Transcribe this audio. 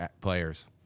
players